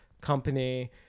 company